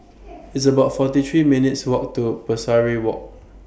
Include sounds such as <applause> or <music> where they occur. <noise> It's about forty three minutes' Walk to Pesari Walk